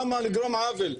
למה לגרום עוול?